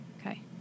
Okay